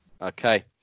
okay